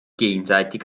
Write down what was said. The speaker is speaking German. gegenseitig